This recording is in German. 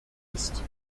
ist